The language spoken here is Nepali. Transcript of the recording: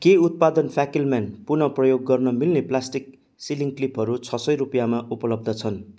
के उत्पादन फाकेलम्यान पुनः प्रयोग गर्न मिल्ने प्लास्टिक सिलिङ क्लिपहरू छ सय रुपियाँमा उपलब्ध छन्